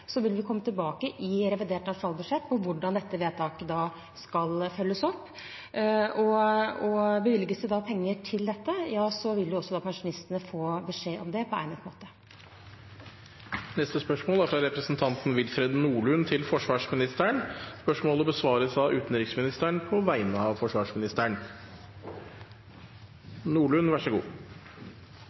vil vi komme tilbake i revidert nasjonalbudsjett med hvordan dette vedtaket skal følges opp. Bevilges det da penger til dette, ja så vil også pensjonistene få beskjed om det på egnet måte. Dette spørsmålet, fra representanten Willfred Nordlund til forsvarsministeren, vil bli besvart av utenriksministeren på vegne av forsvarsministeren,